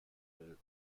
will